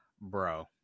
Bro